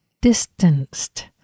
distanced